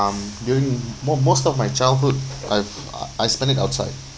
um during mo~ most of my childhood I I spend it outside